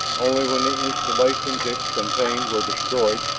only when the installations it contained were destroyed,